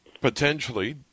potentially